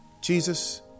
Jesus